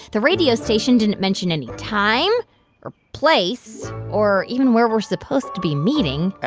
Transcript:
the radio station didn't mention any time or place or even where we're supposed to be meeting.